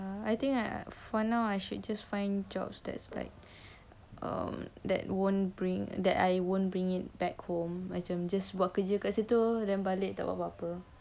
I think I for now I should just find jobs that's like um that won't bring that I won't bring it back home macam buat kerja kat situ then balik tak buat apa-apa